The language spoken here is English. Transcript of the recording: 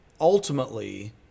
ultimately